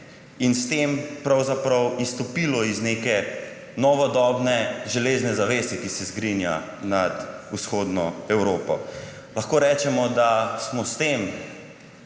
in s tem pravzaprav izstopilo iz neke novodobne železne zavese, ki se zgrinja nad Vzhodno Evropo. Lahko rečemo, da smo s tem